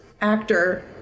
actor